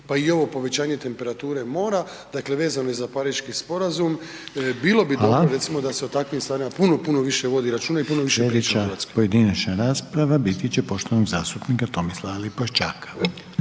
Pa i ovo povećanje temperature mora, dakle vezano je za Pariški sporazum, bilo bi dobro recimo da se o takvim stvarima puno, puno više vodi računa i puno više priča u Hrvatskoj. **Reiner, Željko (HDZ)** Slijedeća pojedinačna rasprava biti će poštovanog zastupnika Tomislava Lipošćaka.